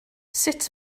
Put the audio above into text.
sut